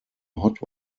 hot